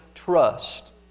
trust